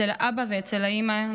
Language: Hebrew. אצל האבא ואצל האימא.